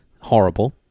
horrible